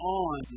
on